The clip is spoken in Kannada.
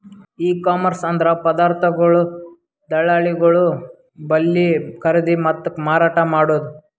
ಇ ಕಾಮರ್ಸ್ ಅಂದ್ರ ಪದಾರ್ಥಗೊಳ್ ದಳ್ಳಾಳಿಗೊಳ್ ಬಲ್ಲಿ ಖರೀದಿ ಮತ್ತ್ ಮಾರಾಟ್ ಮಾಡದು